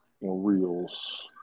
Reels